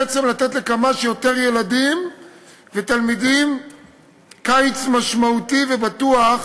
בעצם לתת לכמה שיותר ילדים ותלמידים קיץ משמעותי ובטוח